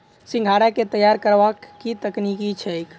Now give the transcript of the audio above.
सिंघाड़ा केँ तैयार करबाक की तकनीक छैक?